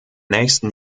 nächsten